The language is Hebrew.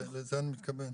לזה אני מתכוון.